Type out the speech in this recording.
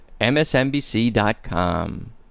msnbc.com